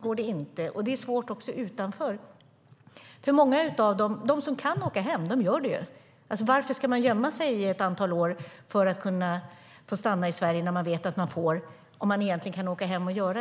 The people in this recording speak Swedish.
går det inte. Det är också svårt utanför. De som kan åka hem gör ju det. Varför ska människor gömma sig i ett antal år för att kunna stanna i Sverige när de vet att de egentligen kan åka hem?